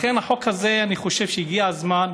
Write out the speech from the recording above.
לכן החוק הזה, אני חושב שהגיע הזמן,